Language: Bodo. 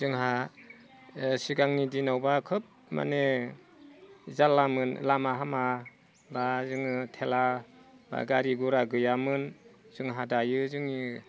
जोंहा सिगांनि दिनावबा खोब माने जाल्ला लामा सामा बा जों थेला गारि गुरा गैयामोन जोंहा दायो जोंनि